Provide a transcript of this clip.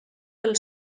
pel